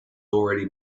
already